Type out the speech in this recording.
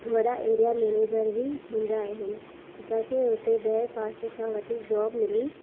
वॾा area manager बि हूंदा आहिनि असांखे उते ॾहें पास खां वठी जॉब मिली